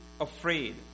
afraid